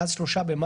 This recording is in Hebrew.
מאז 3 במאי,